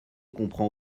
comprend